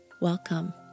Welcome